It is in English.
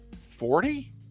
Forty